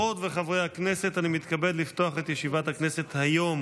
דברי הכנסת חוברת א' ישיבה ס"ה הישיבה